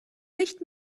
nicht